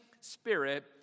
Spirit